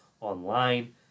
online